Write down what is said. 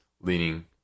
leaning